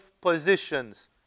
positions